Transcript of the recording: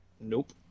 nope